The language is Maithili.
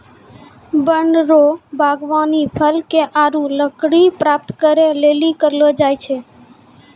वन रो वागबानी फल आरु लकड़ी प्राप्त करै लेली करलो जाय छै